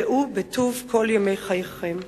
ראו בטוב כל ימי חייכם.